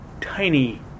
tiny